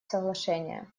соглашения